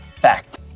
Fact